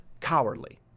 cowardly